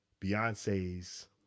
Beyonce's